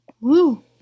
Woo